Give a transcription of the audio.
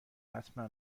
حتما